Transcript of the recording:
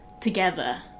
together